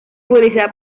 publicidad